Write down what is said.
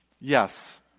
Yes